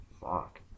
Fuck